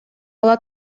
ала